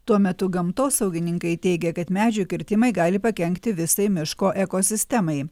tuo metu gamtosaugininkai teigia kad medžių kirtimai gali pakenkti visai miško ekosistemai